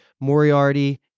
Moriarty